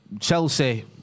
Chelsea